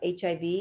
HIV